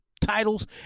titles